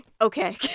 Okay